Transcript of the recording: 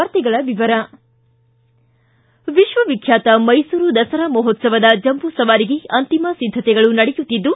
ವಾರ್ತೆಗಳ ವಿವರ ವಿಕ್ಷವಿಖ್ಯಾತ ಮೈಸೂರು ದಸರಾ ಮಹೋತ್ತವದ ಜಂಬೂ ಸವಾರಿಗೆ ಅಂತಿಮ ಸಿದ್ದತೆಗಳು ನಡೆಯುತ್ತಿದ್ದು